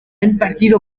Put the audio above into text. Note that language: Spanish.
impartido